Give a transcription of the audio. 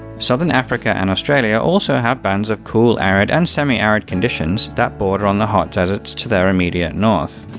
southern africa and australia also have bands of cool arid and semi-arid conditions that border on the hot deserts to their immediate north.